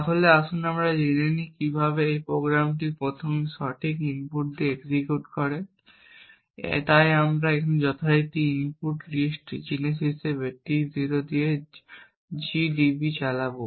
তাহলে আসুন আমরা জেনে নিই কিভাবে এই প্রোগ্রামটি প্রথমে সঠিক ইনপুট দিয়ে এক্সিকিউট করে তাই আমরা যথারীতি ইনপুট লিস্ট জিনিস হিসাবে T 0 দিয়ে gdb চালাব